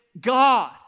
God